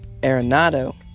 Arenado